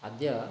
अद्य